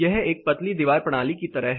यह एक पतली दीवार प्रणाली की तरह है